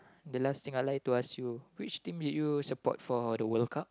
the last thing I like to ask you which team did you support for the World Cup